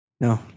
No